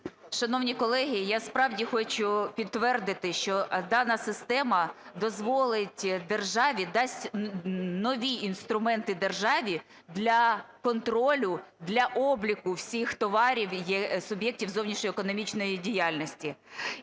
Шановні колеги, я, справді, хочу підтвердити, що дана система дозволить державі, дасть нові інструменти державі для контролю, для обліку всіх товарів суб'єктів зовнішньоекономічної діяльності.